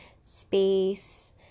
space